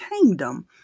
kingdom